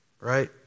Right